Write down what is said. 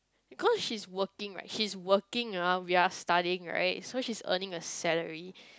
because she's working right she's working ah we're studying right so she's earning a salary